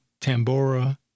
Tambora